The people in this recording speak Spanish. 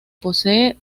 posee